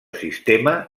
sistema